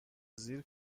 زیر